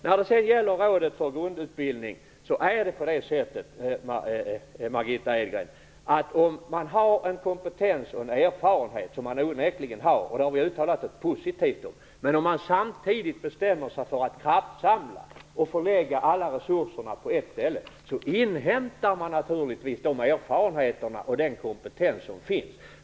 När det sedan gäller Rådet för grundutbildning är det på det sättet, Margitta Edgren, att om man har en kompetens och en erfarenhet, som man onekligen har - och det har vi uttalat oss positivt om - och man samtidigt bestämmer sig för att kraftsamla och förlägga alla resurserna på ett ställe inhämtar man naturligtvis de erfarenheter och den kompetens som finns.